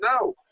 No